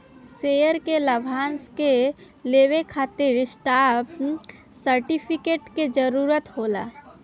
share के लाभांश के लेवे खातिर स्टॉप सर्टिफिकेट के जरूरत होला